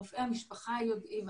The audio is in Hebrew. רופאי המשפחה יודעים,